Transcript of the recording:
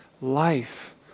life